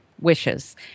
wishes